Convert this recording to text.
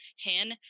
Han